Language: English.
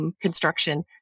construction